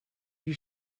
you